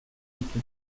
ditu